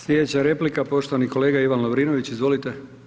Sljedeća replika, poštovani kolega Ivan Lovrinović, izvolite.